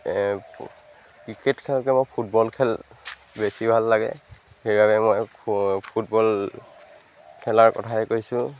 cricket খেলতকৈ মই football খেল বেছি ভাল লাগে সেইবাবে মই ফুটবল খেলাৰ কথাই কৈছোঁ